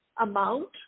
amount